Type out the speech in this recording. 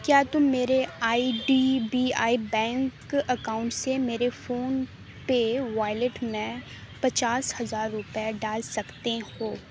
کیا تم میرے I D B I bank account سے میرے فون پے والیٹ میں پچاس ہزار روپئے ڈال سکتے ہو